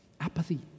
Apathy